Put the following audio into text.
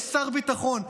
יש שר ביטחון.